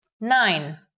Nine